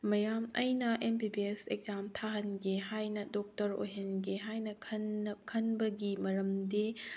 ꯃꯌꯥꯝ ꯑꯩꯅ M B B S exam ꯊꯥꯍꯟꯒꯦ ꯍꯥꯏꯅ ꯗꯣꯛꯇꯔ ꯑꯣꯏꯍꯟꯒꯦ ꯍꯥꯏꯅ ꯈꯟꯕꯒꯤ ꯃꯔꯝꯗꯤ